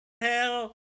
hell